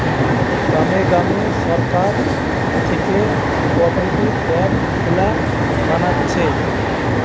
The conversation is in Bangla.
গ্রামে গ্রামে সরকার থিকে কোপরেটিভ বেঙ্ক গুলা বানাচ্ছে